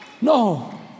no